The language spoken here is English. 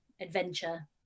adventure